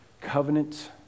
covenant